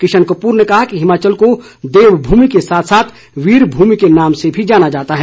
किशन कपूर ने कहा कि हिमाचल को देवभूमि के साथ साथ वीरभूमि के नाम से भी जाना जाता है